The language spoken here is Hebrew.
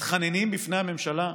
ומתחננים בפני הממשלה: